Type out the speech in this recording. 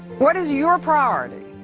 what is your priority?